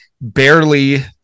barely